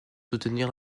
soutenir